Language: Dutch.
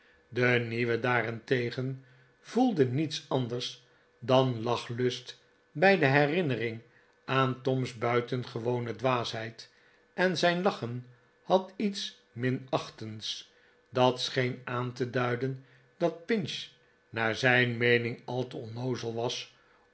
de nieuwe daarentegen voelde niets anders dan lachlust bij de herinnering aan tom's buitengewone dwaasheid en zijn laqhen had iets minachtends dat scheen aan te duiden dat pinch naar zijn meening al te onnoozel was